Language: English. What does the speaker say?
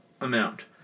amount